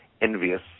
envious